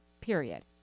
period